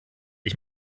ich